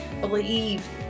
believe